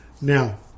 now